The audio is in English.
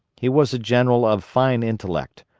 he was a general of fine intellect,